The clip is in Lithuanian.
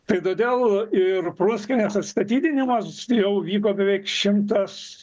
tai todėl ir prunskienės atstatydinimas jau vyko beveik šimtas